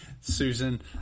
susan